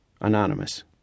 Anonymous